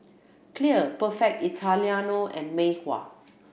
Clear Perfect Italiano and Mei Hua